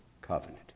covenant